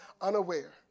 unaware